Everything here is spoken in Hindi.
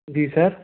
जी सर